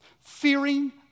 Fearing